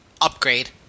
upgrade